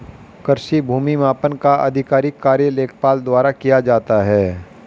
कृषि भूमि मापन का आधिकारिक कार्य लेखपाल द्वारा किया जाता है